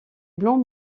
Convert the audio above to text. blancs